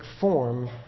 form